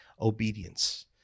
obedience